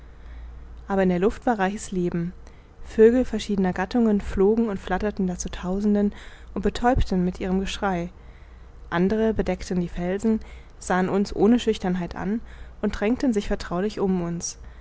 aber in der luft war reiches leben vögel verschiedener gattungen flogen und flatterten da zu tausenden und betäubten mit ihrem geschrei andere bedeckten die felsen sahen uns ohne schüchternheit an und drängten sich vertraulich um uns